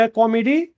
comedy